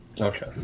Okay